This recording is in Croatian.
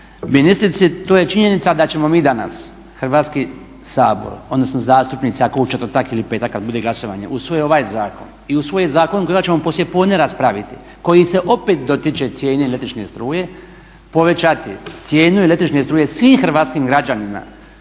ministrici to je činjenica da ćemo mi danas Hrvatski sabor odnosno zastupnici ako u četvrtak ili petak kada bude glasovanje usvoje ovaj zakon i usvoje zakon kojega ćemo poslijepodne raspraviti koji se opet dotiče cijene električne struje, povećati cijenu električne struje svim hrvatskim građanima